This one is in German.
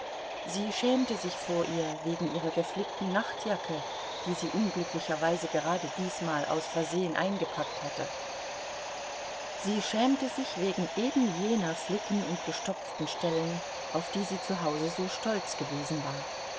sie schämte sich vor ihr wegen ihrer geflickten nachtjacke die sie unglücklicherweise gerade diesmal aus versehen eingepackt hatte sie schämte sich wegen eben jener flicken und gestopften stellen auf die sie zu hause so stolz gewesen war